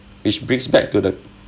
which brings back to the